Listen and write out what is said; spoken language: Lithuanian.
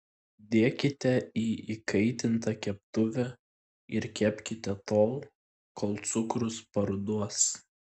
dėkite į įkaitintą keptuvę ir kepkite tol kol cukrus paruduos